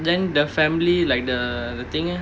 then the family like the the thing eh